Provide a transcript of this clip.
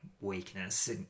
weakness